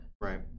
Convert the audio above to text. right